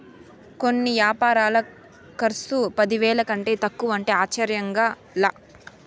కొన్ని యాపారాల కర్సు పదివేల కంటే తక్కువంటే ఆశ్చర్యంగా లా